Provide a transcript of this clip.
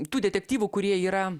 tų detektyvų kurie yra